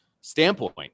standpoint